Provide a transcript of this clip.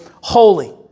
holy